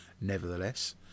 nevertheless